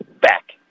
back